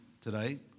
today